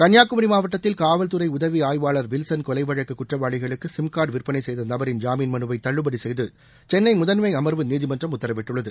கன்னியாகுமரி மாவட்டத்தில் காவல்துறை உதவி ஆய்வாளர் வில்சன் கொலை வழக்கு குற்றவாளிகளுக்கு சிம்கார்டு விற்பனை செய்த நபரின் ஜாமீன் மனுவை தள்ளுபடி செய்து சென்னை முதன்மை அமர்வு நீதிமன்றம் உத்தரவிட்டுள்ளது